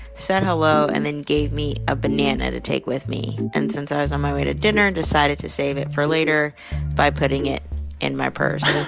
said hello and then gave me a banana to take with me. and since i was on my way to dinner, decided to save it for later by putting it in my purse